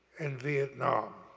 in vietnam.